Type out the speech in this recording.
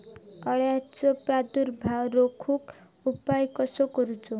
अळ्यांचो प्रादुर्भाव रोखुक उपाय कसो करूचो?